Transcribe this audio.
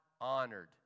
honored